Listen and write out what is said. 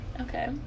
Okay